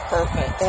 Perfect